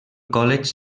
college